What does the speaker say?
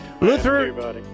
Luther